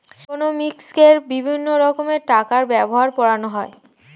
ইকোনমিক্সে বিভিন্ন রকমের টাকার ব্যাপারে পড়ানো হয়